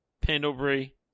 Pendlebury